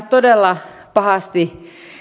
todella pahasti